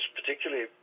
particularly